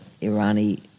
Iranian